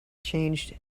changed